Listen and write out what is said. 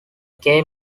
gay